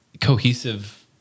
cohesive